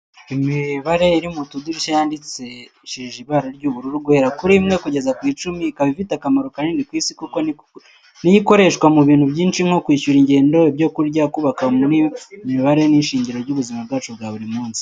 Imibare iri mu tudirishya yandikishije ibara ry'ubururu guhera kuri rimwe kugeza ku icumi, ikaba ifite akamaro kanini ku isi kuko ni yo ikoreshwa mu bintu byinshi nko kwishyura ingendo, ibyo kurya, kubaka muri make imibare ni ishingiro ry'ubuzima bwacu bwa buri munsi.